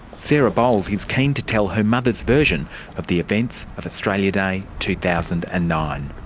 sarah bowles is keen to tell her mother's version of the events of australia day, two thousand and nine.